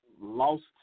lost